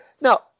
Now